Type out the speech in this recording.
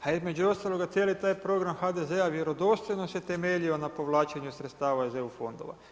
A između ostaloga cijeli taj program HDZ-a vjerodostojno se temeljio na povlačenju sredstava iz EU fondova.